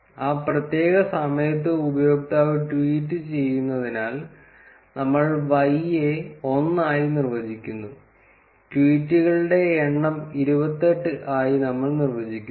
ആ പ്രത്യേക സമയത്ത് ഉപയോക്താവ് ട്വീറ്റ് ചെയ്യുന്നതിനാൽ നമ്മൾ Y യെ 1 ആയി നിർവ്വചിക്കുന്നു ട്വീറ്റുകളുടെ എണ്ണം 28 ആയി നമ്മൾ നിർവ്വചിക്കുന്നു